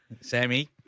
Sammy